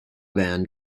band